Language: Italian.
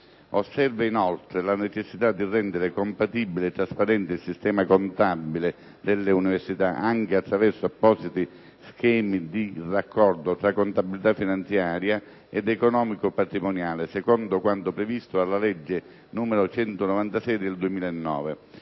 Osserva, inoltre, la necessità di rendere compatibile e trasparente il sistema contabile delle università, anche attraverso appositi schemi di raccordo tra contabilità finanziaria ed economico-patrimoniale secondo quanto previsto dalla legge n. 196 del 2009.